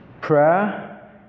prayer